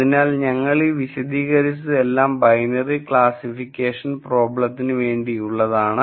അതിനാൽ ഞങ്ങളീ വിശദീകരിച്ചതെല്ലാം ബൈനറി ക്ലാസ്സിഫിക്കേഷൻ പ്രോബ്ലത്തിനുവേണ്ടി ഉള്ളതാണ്